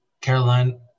Caroline